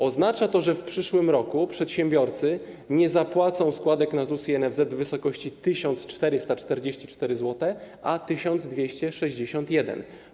Oznacza to, że w przyszłym roku przedsiębiorcy nie zapłacą składek na ZUS i NFZ w wysokości 1444 zł, a 1261 zł.